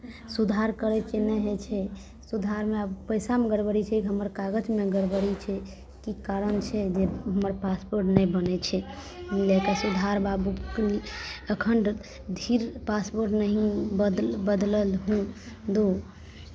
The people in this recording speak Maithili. सुधार करै छियै नहि होइ छै सुधारमे आब पैसामे गड़बड़ी छै कि हमर कागजमे गड़बड़ी छै की कारण छै जे हमर पासपोर्ट नहि बनै छै लेकिन सुधार बाबू एखन धरि पासपोर्ट नहि बदलल बदलल हइ दू